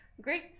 great